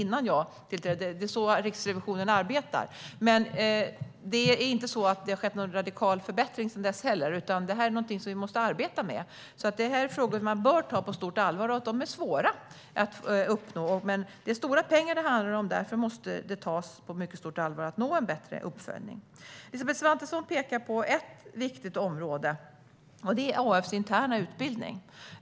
Det är så Riksrevisionen arbetar. Men det har inte skett någon radikal förbättring sedan dess heller, utan det här är någonting som vi måste arbeta med. Det här är alltså frågor som man måste ta på allvar. De är svåra att uppnå. Det är stora pengar det handlar om, och därför måste det tas på mycket stort allvar att nå en bättre uppföljning. Elisabeth Svantesson pekar på ett viktigt område, och det är AF:s interna utbildning.